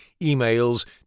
emails